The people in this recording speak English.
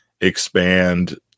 expand